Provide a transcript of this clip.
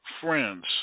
Friends